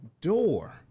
door